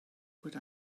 bod